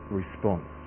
response